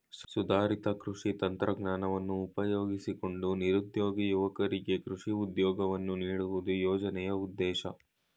ಸುಧಾರಿತ ಕೃಷಿ ತಂತ್ರಜ್ಞಾನವನ್ನು ಉಪಯೋಗಿಸಿಕೊಂಡು ನಿರುದ್ಯೋಗಿ ಯುವಕರಿಗೆ ಕೃಷಿ ಉದ್ಯೋಗವನ್ನು ನೀಡುವುದು ಯೋಜನೆಯ ಉದ್ದೇಶ